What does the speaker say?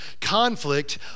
conflict